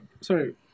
sorry